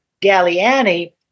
Galliani